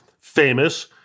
famous